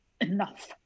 enough